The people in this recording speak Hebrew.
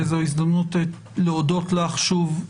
זאת הזדמנות להודות לך שוב,